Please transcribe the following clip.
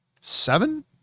Seven